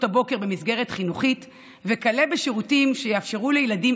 הבוקר במסגרת חינוכית וכלה בשירותים שיאפשרו לילדים